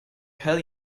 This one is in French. hell